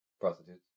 Prostitutes